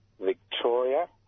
Victoria